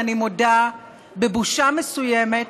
ואני מודה, בבושה מסוימת,